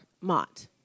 Mott